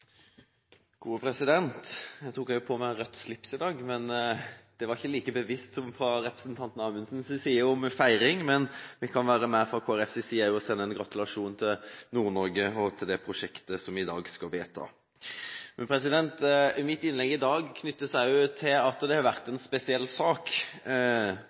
Jeg tok også på meg rødt slips i dag, men det var ikke like bevisst fra min side som fra Amundsens med hensyn til feiring. Men vi kan også fra Kristelig Folkepartis side være med på å sende en gratulasjon til Nord-Norge og til det prosjektet vi i dag skal vedta. Mitt innlegg i dag knytter seg til at dette har vært en spesiell sak.